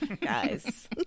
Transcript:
guys